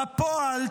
בפועל,